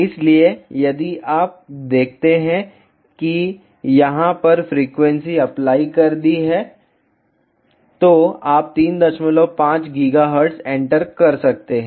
इसलिए यदि आप देखते हैं कि यहाँ पर फ्रीक्वेंसी अप्लाई कर दी है तो आप 35 GHz एंटर कर सकते हैं